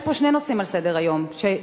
יש פה שני נושאים על סדר-היום שהצריכו,